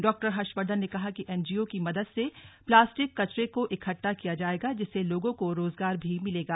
डॉ हर्षवर्धन ने कहा कि एनजीओ की मदद से प्लास्टिक कचरे को इकट्टा किया जाएगा जिससे लोगों को रोजगार भी मिलेगा